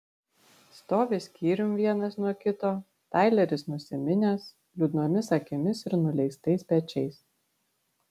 stovi skyrium vienas nuo kito taileris nusiminęs liūdnomis akimis ir nuleistais pečiais